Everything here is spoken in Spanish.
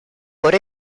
por